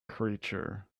creature